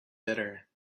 bitter